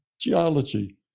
geology